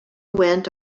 went